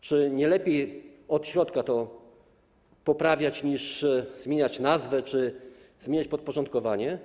Czy nie lepiej od środka to poprawiać, niż zmieniać nazwę czy zmieniać podporządkowanie?